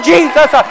Jesus